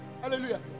hallelujah